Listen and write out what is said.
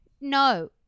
no